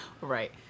Right